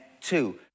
two